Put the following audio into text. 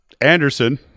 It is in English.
Anderson